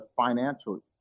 financial